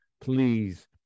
please